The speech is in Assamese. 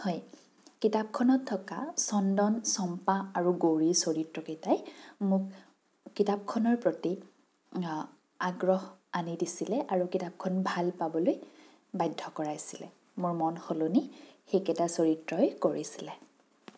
হয় কিতাপখনত থকা চন্দন চম্পা আৰু গৌৰীৰ চৰিত্ৰ কেইটাই মোক কিতাপখনৰ প্ৰতি আগ্ৰহ আনি দিছিলে আৰু কিতাপখন ভাল পাবলৈ বাধ্য কৰাইছিলে মোৰ মন সলনি সেইকেইটা চৰিত্ৰই কৰিছিলে